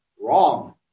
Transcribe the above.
Wrong